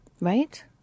right